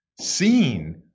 Seen